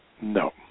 no